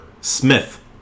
Smith